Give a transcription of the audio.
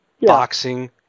boxing